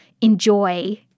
enjoy